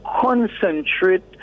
concentrate